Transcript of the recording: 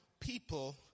people